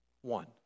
one